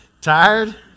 Tired